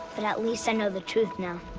but at least i know the truth now.